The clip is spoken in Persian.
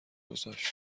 گذاشت